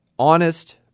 Honest